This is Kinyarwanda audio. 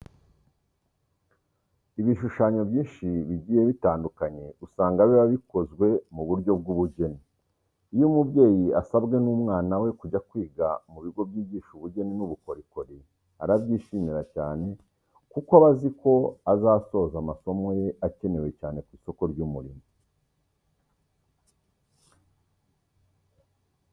Ibishushanyo byinshi bigiye bitandukanye usanga biba bikozwe mu buryo bw'ubugeni. Iyo umubyeyi asabwe n'umwana we kujya kwiga mu bigo byigisha ubugeni n'ubukorikori, arabyishimira cyane kuko aba azi ko azasoza amasomo ye akenewe cyane ku isoko ry'umurimo.